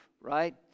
right